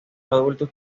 adultos